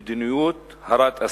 במדיניות הרת אסון.